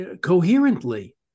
coherently